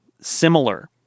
similar